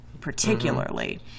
particularly